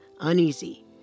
uneasy